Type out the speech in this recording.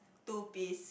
two piece